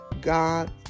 God